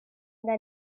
then